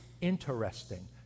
interesting